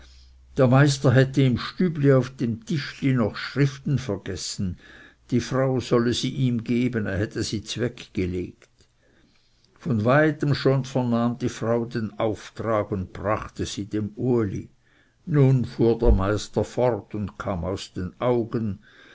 der meister hätte im stübli auf dem tischli noch schriften vergessen die frau solle ihm sie geben er hätte sie zweggelegt von weitem schon vernahm die frau den auftrag und brachte sie dem uli nun fuhr der meister fort und kam aus den augen